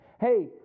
Hey